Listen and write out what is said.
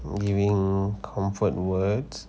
giving comfort words